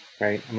right